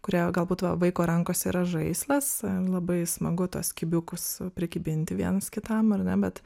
kurie galbūt va vaiko rankose yra žaislas labai smagu tuos kibiukus prikibinti vienas kitam ar ne bet